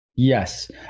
Yes